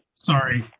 sorry,